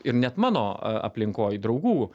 ir net mano aplinkoj draugų